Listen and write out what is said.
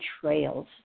trails